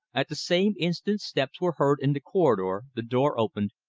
at the same instant steps were heard in the corridor, the door opened,